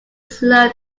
slow